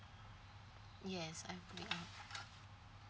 yes I agree